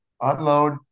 unload